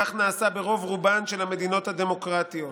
כך נעשה ברוב-רובן של המדינות הדמוקרטיות.